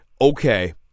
okay